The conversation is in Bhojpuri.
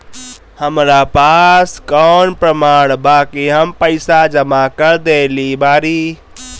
हमरा पास कौन प्रमाण बा कि हम पईसा जमा कर देली बारी?